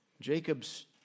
Jacob's